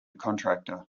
contractor